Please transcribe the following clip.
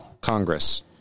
Congress